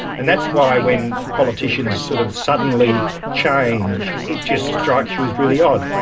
and that's why when politicians sort of suddenly change, it just strikes you as really odd.